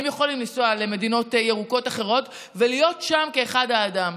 הם יכולים לנסוע למדינות ירוקות אחרות ולהיות שם כאחד האדם.